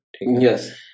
Yes